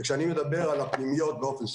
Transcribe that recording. וכשאני מדבר על הפנימיות באופן ספציפי,